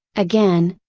again,